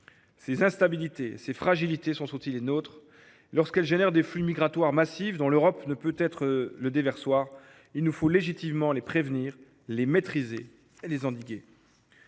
Ses instabilités et ses fragilités sont aussi les nôtres, lorsqu’elles suscitent des flux migratoires massifs dont l’Europe ne peut être le déversoir. Il nous faut légitimement les prévenir, les maîtriser et les endiguer.